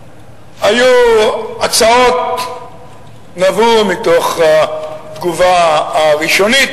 היו הצעות שנבעו מתוך התגובה הראשונית,